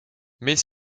mais